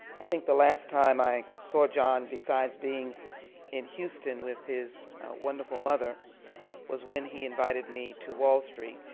i think the last time i saw john besides being in houston with his wonderful mother was when he invited me to wall street.